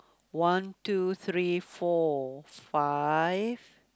one two three four five